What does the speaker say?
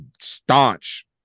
staunch